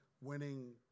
winning